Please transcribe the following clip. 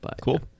cool